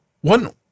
one